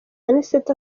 anicet